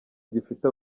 gifite